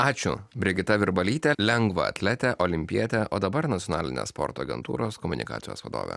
ačiū brigita virbalytė lengvaatletė olimpietė o dabar nacionaline sporto agentūros komunikacijos vadovė